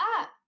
up